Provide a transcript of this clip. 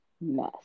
mess